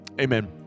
amen